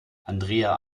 andrea